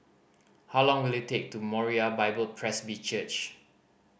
how long will it take to Moriah Bible Presby Church